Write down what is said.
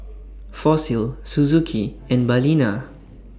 Fossil Suzuki and Balina